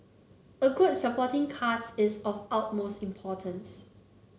a good supporting cast is of importance